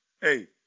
Hey